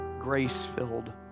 grace-filled